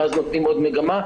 ואז נותנים עוד מגמה,